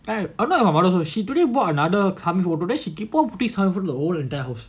I know my mother so she literally bought another coming holder then she keep on piece however the whole entire house